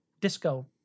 disco